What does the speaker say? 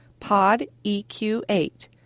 PODEQ8